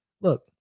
Look